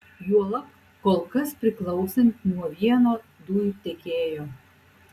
juolab kol kas priklausant nuo vieno dujų tiekėjo